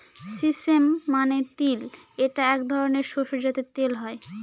sesame মানে তিল এটা এক ধরনের শস্য যাতে তেল হয়